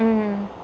mm